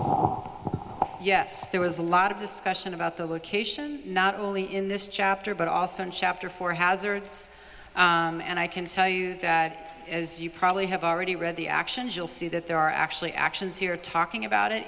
yes there was a lot of discussion about the location not only in this chapter but also in chapter four hazards and i can tell you that as you probably have already read the actions you'll see that there are actually actions here talking about